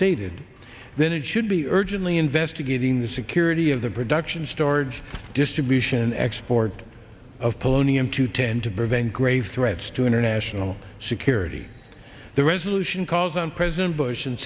stated then it should be urgently investigating the security of the production storage distribution export of polonium two tend to prevent grave threats to international security the resolution calls on president bush and